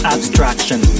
Abstraction